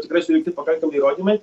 tikrai surinkti pakankami įrodymai